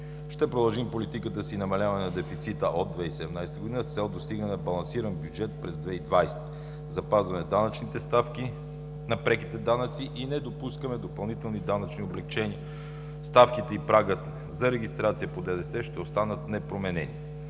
Ще продължим политиката си на намаляване на дефицита от 2017 г. с цел достигане на балансиран бюджет през 2020, запазване данъчните ставки на преките данъци и не допускаме допълнителни данъчни облекчения. Ставките и прагът за регистрация по ДДС ще останат непроменени.